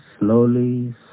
slowly